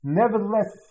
nevertheless